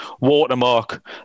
watermark